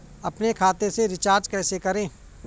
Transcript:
अपने खाते से रिचार्ज कैसे करें?